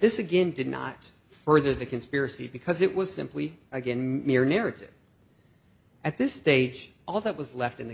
this again did not further the conspiracy because it was simply again mere narrative at this stage all that was left in the